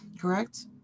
Correct